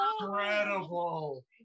incredible